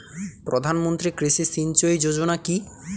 প্রধানমন্ত্রী কৃষি সিঞ্চয়ী যোজনা কি?